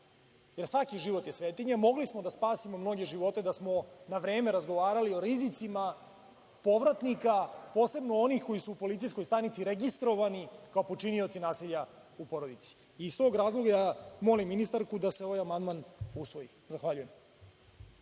jer svaki život je svetinja, mogli smo da spasimo mnoge živote da smo na vreme razgovarali o rizicima povratnika, posebno onih koji su u policijskoj stanici registrovani kao počinioci nasilja u porodici. Iz tog razloga molim ministarku da se ovaj amandman usvoji. Zahvaljujem.